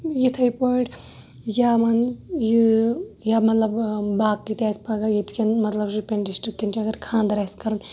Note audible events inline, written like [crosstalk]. یِتھے پٲٹھۍ یا مان یہِ یا مَطلَب باقٕے تہِ آسہِ پَگاہ ییٚتہِ کٮ۪ن مَطلَب [unintelligible] ڈِسٹرکن خاندَر آسہِ کَرُن